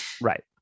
Right